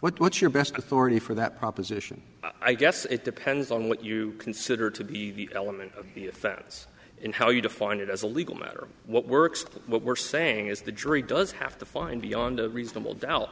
what's your best authority for that proposition i guess it depends on what you consider to be the element of the offense and how you define it as a legal matter what works what we're saying is the jury does have to find beyond a reasonable doubt